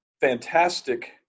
fantastic